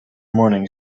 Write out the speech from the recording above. morning